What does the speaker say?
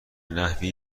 نحوی